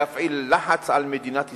להפעיל לחץ על מדינת ישראל.